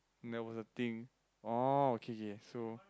there was a thing oh okay okay so